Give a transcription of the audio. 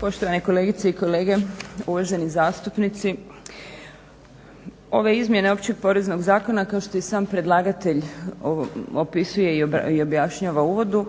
Poštovane kolegice i kolege uvaženi zastupnici. Ove izmjene Općeg poreznog zakona kao što je i sam predlagatelj opisuje i objašnjava u uvodu